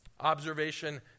Observation